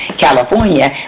California